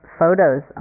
photos